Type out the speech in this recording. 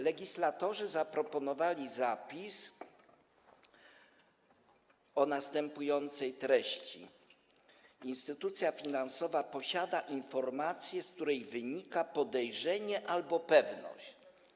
Legislatorzy zaproponowali zapis o następującej treści: instytucja finansowa posiada informację, z której wynika podejrzenie albo pewność.